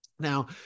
now